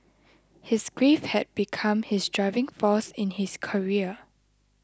his grief had become his driving force in his career